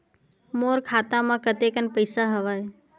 मोर खाता म कतेकन पईसा हवय?